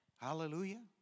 Hallelujah